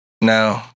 No